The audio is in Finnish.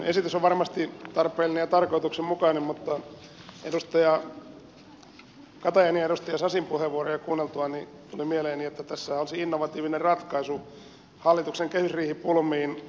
esitys on varmasti tarpeellinen ja tarkoituksenmukainen mutta edustaja katajan ja edustaja sasin puheenvuoroja kuunneltuani tuli mieleeni että tässä on se innovatiivinen ratkaisu hallituksen kehysriihipulmiin